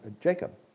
Jacob